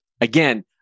again